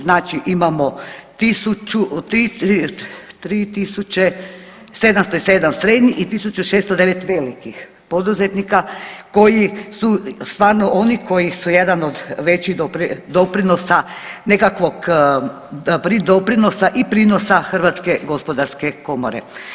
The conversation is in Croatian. Znači imamo 3 tisuće 707 srednjih i tisuću 609 velikih poduzetnika koji su stvarno oni koji su jedan od većih doprinosa nekakvog doprinosa i prinosa Hrvatske gospodarske komore.